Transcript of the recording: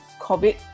COVID